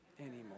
anymore